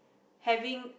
having